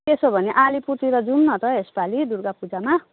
त्यसो भने अलिपुरद्वार जाऊँ न त यस पालि दुर्गापूजामा